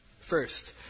First